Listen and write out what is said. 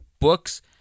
books